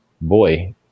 boy